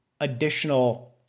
additional